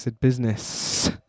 business